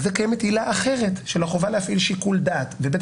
על זה קיימת עילה אחרת של החובה להפעיל שיקול דעת ובית